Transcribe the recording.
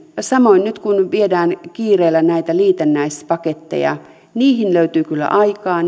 samoin nyt kun viedään kiireellä näitä liitännäispaketteja niihin löytyy kyllä aikaa